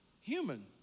human